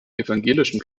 evangelischen